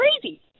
crazy